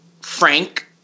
frank